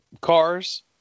cars